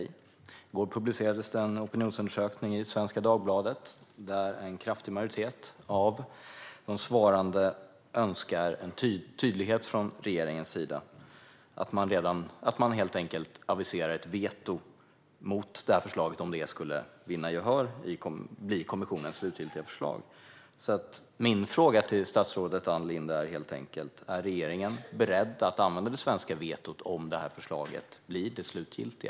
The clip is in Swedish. I går publicerades en opinionsundersökning i Svenska Dagbladet, och en stor majoritet av de svarande önskar en tydlighet från regeringen om att man kommer att lägga in veto mot förslaget om det skulle vinna gehör och bli kommissionens slutgiltiga förslag. Min fråga till statsrådet Ann Linde är: Är regeringen beredd att använda det svenska vetot om detta förslag blir det slutgiltiga?